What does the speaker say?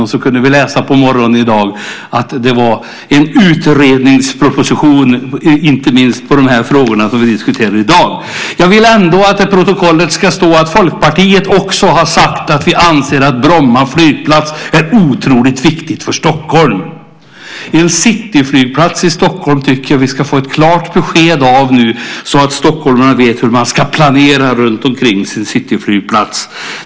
På morgonen i dag kunde vi läsa att det kommit en utredningsproposition på de frågor som vi diskuterar i dag. Jag vill ändå att det i protokollet ska stå att Folkpartiet också har sagt att vi anser att Bromma flygplats är otroligt viktig för Stockholm. En cityflygplats i Stockholm tycker jag att vi ska få klart besked om nu så att stockholmarna vet hur man ska planera runt sin cityflygplats.